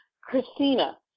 Christina